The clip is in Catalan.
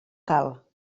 cal